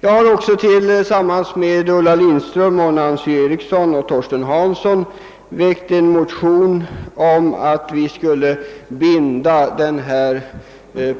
Jag har också tillsammans med Ulla Lindström, Nancy Eriksson och Torsten Hansson väckt en motion i vilken vi bl.a. hemställer att